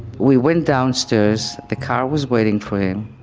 we went downstairs, the car was waiting for him.